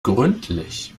gründlich